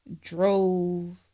drove